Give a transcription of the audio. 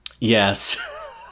Yes